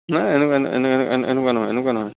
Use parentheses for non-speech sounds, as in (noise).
নাই এনেকুৱা (unintelligible) এনেকুৱা নহয়